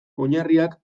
oinarriak